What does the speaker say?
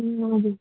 हजुर